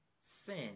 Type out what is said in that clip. sin